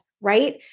right